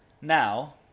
Now